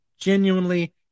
genuinely